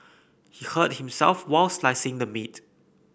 he hurt himself while slicing the meat